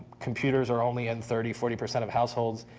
computers are only in thirty, forty percent of households.